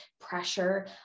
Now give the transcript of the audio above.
pressure